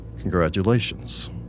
Congratulations